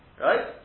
Right